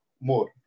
more